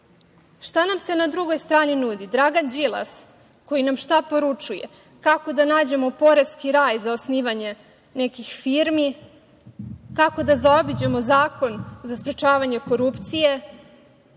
nam se na drugoj strani nudi? Dragan Đilas, koji nam šta poručuje? Kako da nađemo poreski raj za osnivanje nekih firmi, kako da zaobiđemo zakon za sprečavanje korupcije,